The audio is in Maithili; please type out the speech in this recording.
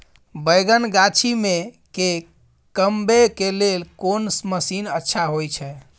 बैंगन गाछी में के कमबै के लेल कोन मसीन अच्छा होय छै?